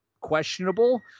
questionable